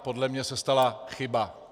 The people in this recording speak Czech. Podle mě se stala chyba.